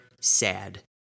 sad